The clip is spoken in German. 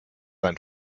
ein